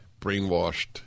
brainwashed